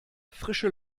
frische